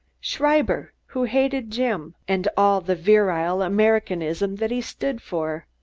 schreiber, who hated jim and all the virile americanism that he stood for.